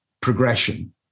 progression